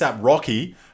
Rocky